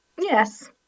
yes